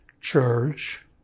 church